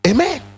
Amen